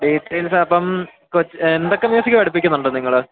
details അപ്പം എന്തൊക്കെ music പഠിപ്പിക്കുന്നുണ്ട് നിങ്ങൾ